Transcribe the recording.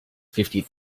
fifty